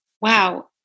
wow